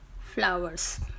flowers